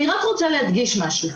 אני רק רוצה להדגיש משהו.